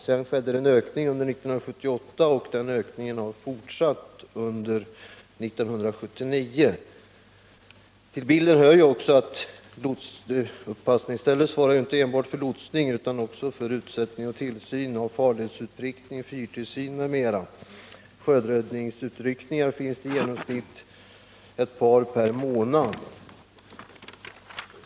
Under 1978 ökade antalet lotsningar, och denna ökning har sedan fortsatt under 1979. Till bilden hör också att lotsuppassningsstället inte enbart svarar för lotsning utan att det också svarar för utsättning och tillsyn, farledsutprickning, fyrtillsyn m.m. Det förekommer vidare i genomsnitt ett par sjöräddningsutryckningar per månad.